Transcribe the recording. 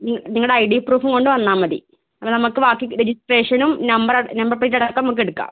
നിങ്ങളുടെ I D പ്രൂഫും കൊണ്ട് വന്നാൽ മതി അത് നമുക്ക് ബാക്കി രജിസ്ട്രേഷനും നമ്പർ നമ്പർ പ്ലേറ്റ് അടക്കം നമുക്ക് എടുക്കാം